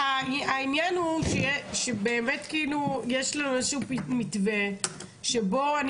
העניין הוא שבאמת יש איזה מתווה שבו אני